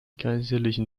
kaiserlichen